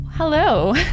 hello